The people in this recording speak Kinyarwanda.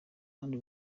handi